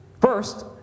First